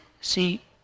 See